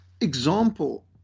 example